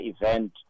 event